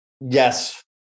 Yes